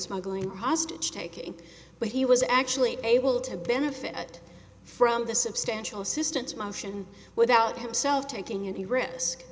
smuggling hostage taking but he was actually able to benefit from the substantial assistance motion without himself taking any risk